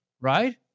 right